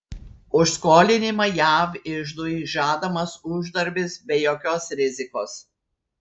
už skolinimą jav iždui žadamas uždarbis be jokios rizikos